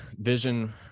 Vision